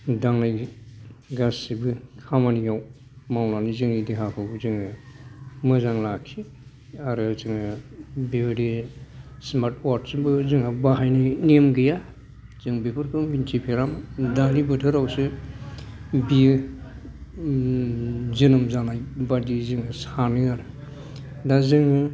दांनाय गासिबो खामानियाव मावनानै जोंनि देहाखौ जोङो मोजां लाखियो आरो जोंहा बेबायदि स्मार्थ अवाटजोंबो जोंहा बाहायनाय नेम गैया जों बेफोरखौ मिन्थिफेरामोन दानि बोथोरावसो बेयो जोनोम जानाय बादि जोङो सानो आरो दा जोङो